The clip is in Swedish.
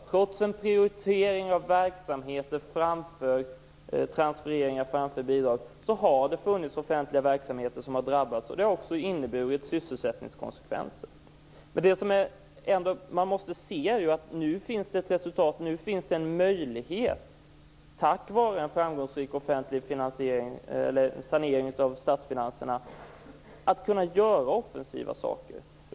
Trots en prioritering av verksamheter framför transfereringar och bidrag har offentliga verksamheter drabbats. Det har fått sysselsättningskonskvenser. Man måste ändå se att det nu tack vare en framgångsrik sanering av statsfinanserna finns en möjlighet att göra offensiva saker.